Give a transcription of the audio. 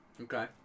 Okay